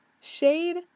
Shade